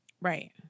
Right